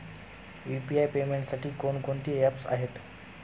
UPI पेमेंटसाठी कोणकोणती apps आहेत?